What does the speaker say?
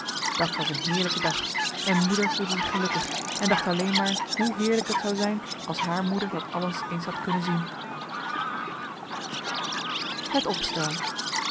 dat was een heerlijke dag en moeder voelde zich gelukkig en dacht alleen maar hoe heerlijk het zou zijn als haar moeder dat alles eens had kunnen zien